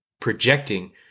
projecting